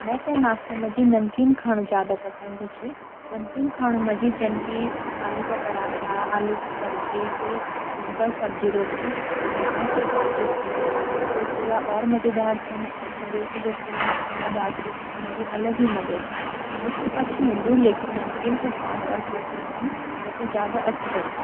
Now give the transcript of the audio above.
मेते नास्ता माजी नमकीन खानु जादा पसंद छ। जन की आलू का परांठा, आलू की सब्जी, कुई सिंपल सब्जी रोटी खानू बहुत ही स्वादिष्ट होंदु। कुरकुरा और मजेदार छ न और सुबेर सुबेर थोड़ी मसलदार चीज खान कू अलग ही मजा छा। मिठू अच्छु होंदु लेकिन नमकीन कू स्वाद और कुक्कुरु पन मेते ज्यादा अच्छु लगदु।